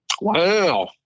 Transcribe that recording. Wow